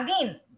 again